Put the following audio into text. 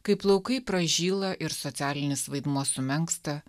kai plaukai pražyla ir socialinis vaidmuo sumenksta